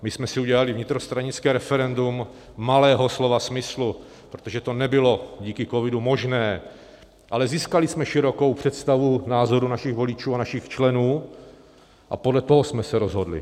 My jsme si udělali vnitrostranické referendum, malého slova smyslu, protože to nebylo díky covidu možné, ale získali jsme širokou představu názorů našich voličů a našich členů a podle toho jsme se rozhodli.